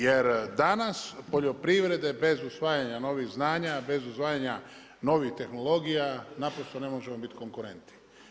Jer danas poljoprivrede bez usvajanja novih znanja, bez usvajanja novih tehnologija naprosto ne možemo biti konkurentni.